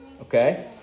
Okay